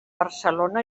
barcelona